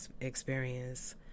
experience